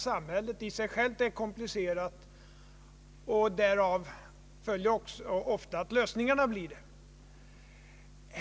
Samhället i sig självt är komplicerat, och därav följer ofta att lösningarna på olika problem även de blir komplicerade.